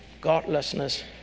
Godlessness